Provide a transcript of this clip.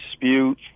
dispute